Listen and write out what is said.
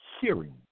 hearing